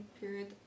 period